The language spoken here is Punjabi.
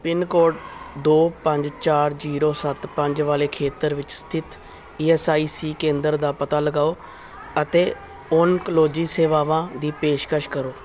ਪਿੰਨ ਕੋਡ ਦੋ ਪੰਜ ਚਾਰ ਜ਼ੀਰੋ ਸੱਤ ਪੰਜ ਵਾਲੇ ਖੇਤਰ ਵਿੱਚ ਸਥਿਤ ਈ ਐਸ ਆਈ ਸੀ ਕੇਂਦਰ ਦਾ ਪਤਾ ਲਗਾਓ ਅਤੇ ਓਨਕਲੋਜੀ ਸੇਵਾਵਾਂ ਦੀ ਪੇਸ਼ਕਸ਼ ਕਰੋ